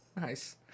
Nice